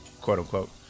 quote-unquote